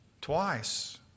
twice